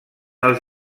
els